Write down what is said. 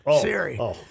Siri